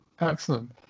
Excellent